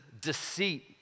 deceit